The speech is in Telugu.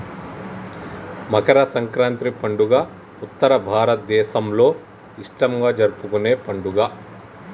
మకర సంక్రాతి పండుగ ఉత్తర భారతదేసంలో ఇష్టంగా జరుపుకునే పండుగ